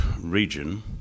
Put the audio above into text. region